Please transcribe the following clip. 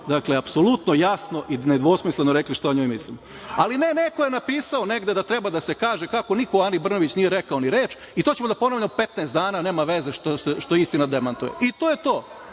Dakle, apsolutno jasno i nedvosmisleno rekli šta o njoj mislimo, ali ne, neko je napisao negde da treba da se kaže kako niko Ani Brnabić nije rekao ni reč i to ćemo da ponavljamo 15 dana, nema veze što istina demantuje. I, to je to.